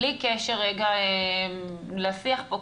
בלי קשר רגע לשיח פה,